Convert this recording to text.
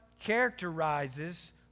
characterizes